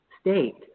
state